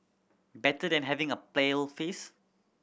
better than having a pale face